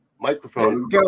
microphone